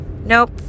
Nope